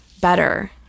better